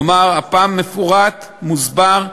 כלומר הפעם מפורט, מוסבר,